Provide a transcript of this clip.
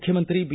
ಮುಖ್ಯಮಂತ್ರಿ ಬಿ